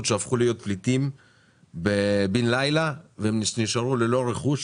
שהפכו להיות פליטים בן לילה והם נשארו ללא רכוש,